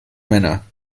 männer